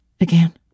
Again